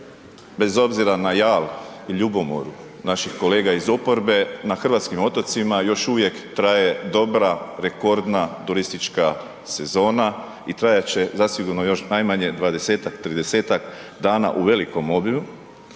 bez obzira na jal i ljubomoru naših kolega iz oporbe, na hrvatskim otocima još uvijek traje dobra, rekordna turistička sezona i trajat će, zasigurno još najmanje 20-tak, 30-tak dana u velikom obimu